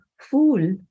fool